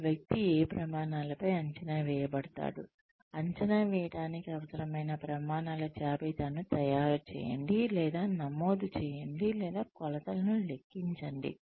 ఒక వ్యక్తి ఏ ప్రమాణాలపై అంచనా వేయబడతాడు అంచనా వేయటానికి అవసరమైన ప్రమాణాల జాబితాను తయారు చేయండి లేదా నమోదు చేయండి లేదా కొలతలు లెక్కించండి